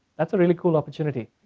that's a really cool opportunity.